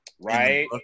Right